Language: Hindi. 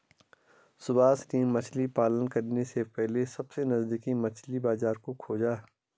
सुभाष ने मछली पालन करने से पहले सबसे नजदीकी मछली बाजार को खोजा